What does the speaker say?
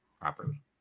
properly